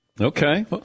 Okay